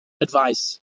advice